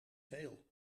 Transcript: veel